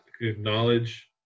acknowledge